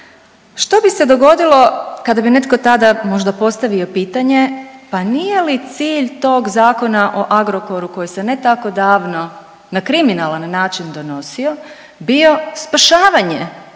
Što bi se dogodilo kada bi netko tada možda postavio pitanje, pa nije li cilj tog Zakona o Agrokoru koji se ne tako davno na kriminalan način donosio bio spašavanje